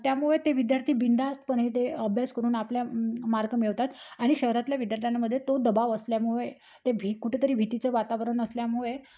त्यामुळे ते विद्यार्थी बिनधास्तपणे ते अभ्यास करून आपला मार्क मिळवतात आणि शहरातल्या विद्यार्थ्यांनामध्ये तो दबााव असल्यामुळे ते भी कुठेतरी भीतीचं वातावरण असल्यामुळे